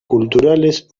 culturales